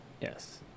Yes